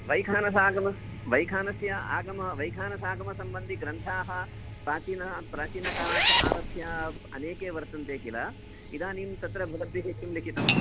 वैखानसागम वैखानस्य आगम वैखानसागमसम्बन्धिग्रन्थाः प्राचिन प्राचिनकालात् आरभ्य अनेके वर्तन्ते किल इदानीं तत्र भवद्भिः किं लिखितं